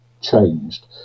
changed